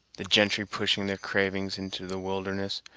the gentry pushing their cravings into the wilderness,